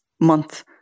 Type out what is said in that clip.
month